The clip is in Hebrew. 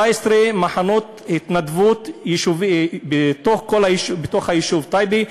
17 מחנות התנדבות ביישוב טייבה.